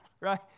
right